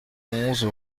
onze